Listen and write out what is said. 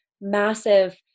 massive